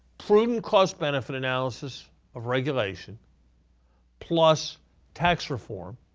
prudent cost benefit analysis of regulation plus tax reform